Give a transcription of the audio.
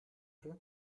peu